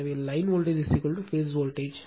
எனவே line voltage phase voltage